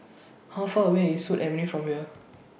How Far away IS Sut Avenue from here